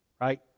right